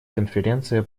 конференция